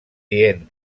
dient